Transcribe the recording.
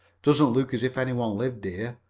doesn't look as if any one lived here.